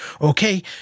Okay